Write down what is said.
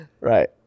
Right